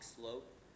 slope